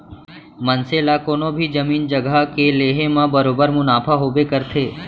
मनसे ला कोनों भी जमीन जघा के लेहे म बरोबर मुनाफा होबे करथे